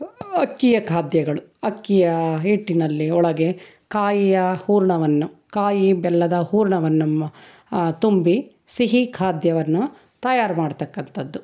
ಅಕ್ಕಿಯ ಖಾದ್ಯಗಳು ಅಕ್ಕಿಯ ಹಿಟ್ಟಿನಲ್ಲಿ ಒಳಗೆ ಕಾಯಿಯ ಹೂರಣವನ್ನು ಕಾಯಿ ಬೆಲ್ಲದ ಹೂರಣವನ್ನು ತುಂಬಿ ಸಿಹಿ ಖಾದ್ಯವನ್ನು ತಯಾರು ಮಾಡತಕ್ಕಂಥದ್ದು